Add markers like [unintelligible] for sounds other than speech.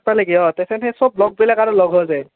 [unintelligible] সেই সব লগবিলাক আৰু লগ হৈ যায়